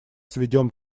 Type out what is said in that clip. сейчас